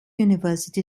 university